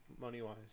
Money-wise